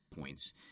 points